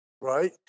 right